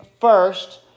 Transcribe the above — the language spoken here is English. first